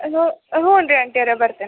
ಹ್ಞೂ ಹ್ಞೂನ್ರಿ ಆಂಟಿಯವರೇ ಬರ್ತೀನಿ